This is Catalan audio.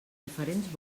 diferents